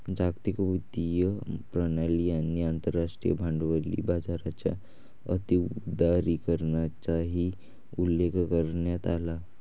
जागतिक वित्तीय प्रणाली आणि आंतरराष्ट्रीय भांडवली बाजाराच्या अति उदारीकरणाचाही उल्लेख करण्यात आला